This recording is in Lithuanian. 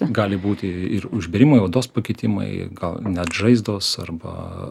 gali būti ir užbėrimai odos pakitimai gal net žaizdos arba